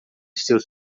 seus